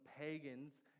pagans